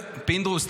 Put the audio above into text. פינדרוס,